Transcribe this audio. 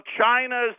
China's